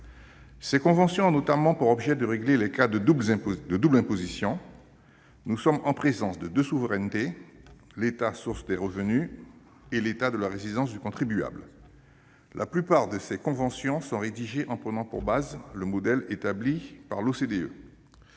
Ces conventions ont notamment pour objet de régler les cas de double imposition. Nous sommes en présence de deux souverainetés : l'État source des revenus et l'État de la résidence du contribuable. La plupart de ces conventions sont rédigées en prenant pour base le modèle établi par l'OCDE.